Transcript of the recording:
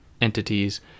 entities